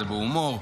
זה בהומור.